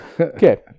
Okay